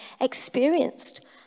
experienced